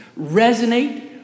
resonate